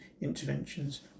interventions